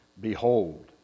behold